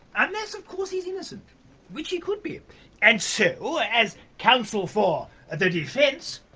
unless of course he's innocent which he could be and so as counsel for the defence,